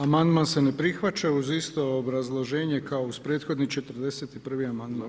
Amandman se ne prihvaća uz isto obrazloženje kao uz prethodni 41. amandman.